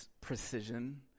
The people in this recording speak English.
precision